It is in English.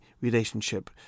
relationship